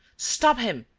stop him,